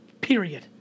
period